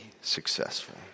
successful